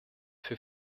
für